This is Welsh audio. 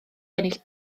ennill